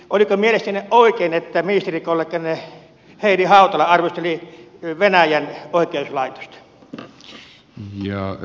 oliko mielestänne oikein että ministerikolleganne heidi hautala arvosteli venäjän oikeuslaitosta